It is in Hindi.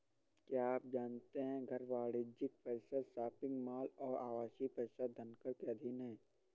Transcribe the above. क्या आप जानते है घर, वाणिज्यिक परिसर, शॉपिंग मॉल और आवासीय परिसर धनकर के अधीन हैं?